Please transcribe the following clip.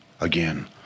again